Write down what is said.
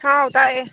ꯍꯥꯎ ꯇꯥꯏꯌꯦ